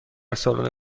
سالن